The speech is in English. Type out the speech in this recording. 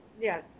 yes